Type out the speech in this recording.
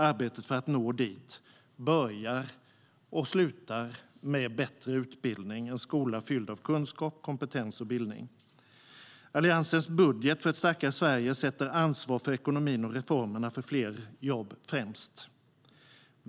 Arbetet för att nå dit börjar och slutar med bättre utbildning, en skola fylld av kunskap, kompetens och bildning. Alliansens budget för ett starkare Sverige sätter ansvar för ekonomin och reformerna för fler jobb främst.